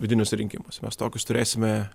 vidiniuose rinkimuose mes tokius turėsime